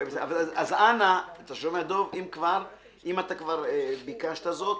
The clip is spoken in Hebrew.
דב, אם אתה כבר ביקשת זאת,